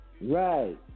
Right